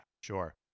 Sure